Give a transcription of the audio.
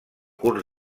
curs